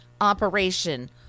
operation